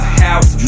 house